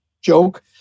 joke